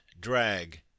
drag